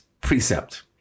precept